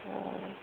ହଁ